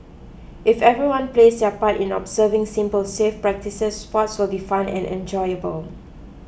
if everyone plays their part in observing simple safe practices sports will be fun and enjoyable